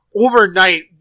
overnight